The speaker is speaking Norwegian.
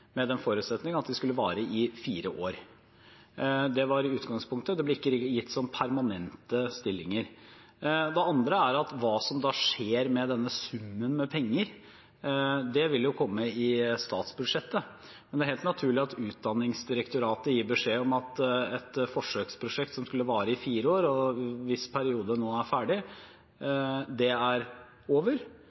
med den forutsetningen at de skulle vare i fire år. Det var utgangspunktet. De ble ikke gitt som permanente stillinger. Det andre er hva som da skjer med denne summen penger, det kommer i statsbudsjettet. Det er helt naturlig at Utdanningsdirektoratet gir beskjed om at et forsøksprosjekt som skulle vare i fire år, og hvis periode nå er ferdig, det er over.